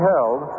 Held